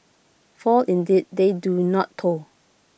for indeed they do not toil